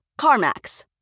CarMax